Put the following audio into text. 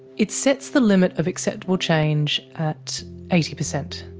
it sets the limit of acceptable change at eighty percent.